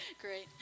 Great